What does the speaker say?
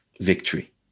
victory